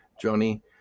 Johnny